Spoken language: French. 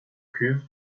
cuve